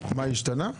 מה השתנה?